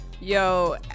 Yo